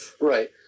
Right